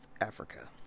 Africa